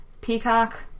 Peacock